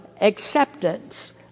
acceptance